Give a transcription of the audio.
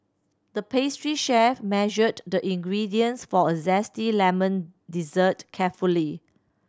the pastry chef measured the ingredients for a zesty lemon dessert carefully